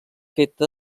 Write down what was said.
feta